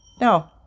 No